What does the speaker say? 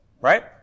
Right